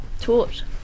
taught